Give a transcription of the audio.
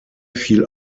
fiel